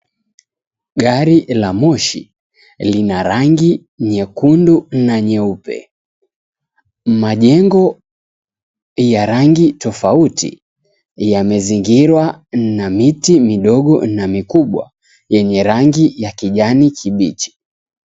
Gari la moshi lina rangi nyekundu na nyeupe. Majengo ya rangi tofauti yamezingirwa na miti midogo na mikubwa yenye rangi ya kijani kibichi.